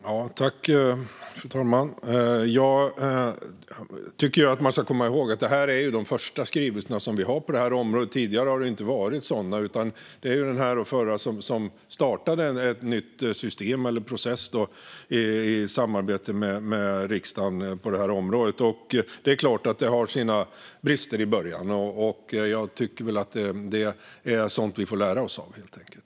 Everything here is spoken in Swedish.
Fru talman! Jag tycker att man ska komma ihåg att detta är de första skrivelser vi har på detta område. Tidigare har det inte funnits sådana, utan det är den här och den förra som startade ett nytt system eller en process i samarbete med riksdagen på detta område. Det är klart att det har sina brister i början. Det är sådant vi får lära oss av, helt enkelt.